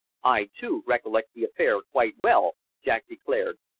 i, too, recollect the affair quite well, jack declared,